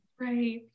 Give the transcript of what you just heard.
right